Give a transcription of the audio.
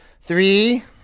Three